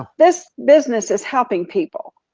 this business is helping people,